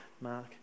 Mark